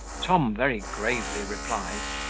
tom very gravely replied,